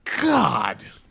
God